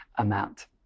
amount